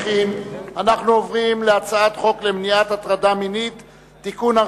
אני קובע שהצעת חוק קליטת חיילים משוחררים (תיקון,